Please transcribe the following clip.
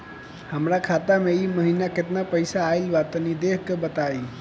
हमरा खाता मे इ महीना मे केतना पईसा आइल ब तनि देखऽ क बताईं?